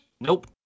Nope